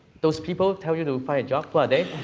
those people tell you to find a job, who are they?